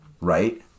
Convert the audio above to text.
Right